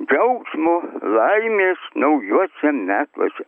džiaugsmo laimės naujuose metuose